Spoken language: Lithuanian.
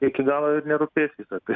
iki galo nerūpės visa tai